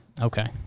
Okay